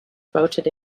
voted